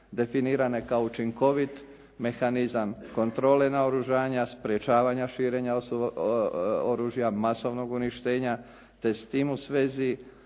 definirane kao učinkovit mehanizam kontrole naoružanja, sprječavanja širenja oružja masovnog uništenja, te s tim u svezi